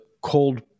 cold